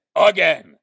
again